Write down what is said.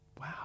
Wow